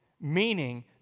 meaning